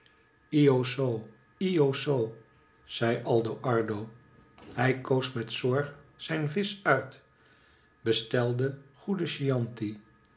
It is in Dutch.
zei aldo ardo hij koos met zorg zijn visch uit bestelde goede chianti